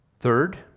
Third